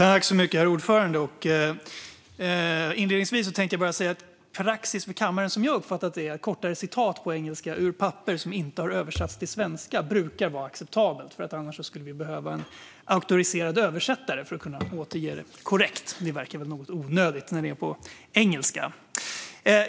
Herr ålderspresident! Inledningsvis tänkte jag bara säga att praxis i kammaren så som jag har uppfattat den är att kortare citat på engelska, ur papper som inte har översatts till svenska, brukar vara acceptabelt. Annars skulle vi behöva en auktoriserad översättare för att kunna återge citatet korrekt, och det verkar väl något onödigt när det är på engelska.